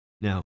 Now